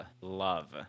love